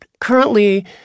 Currently